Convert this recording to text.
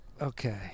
okay